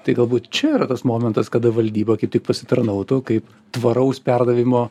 tai galbūt čia yra tas momentas kada valdyba kaip tik pasitarnautų kaip tvaraus perdavimo